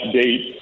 date